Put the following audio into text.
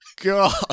god